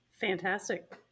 Fantastic